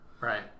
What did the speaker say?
Right